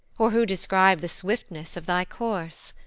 or who describe the swiftness of thy course?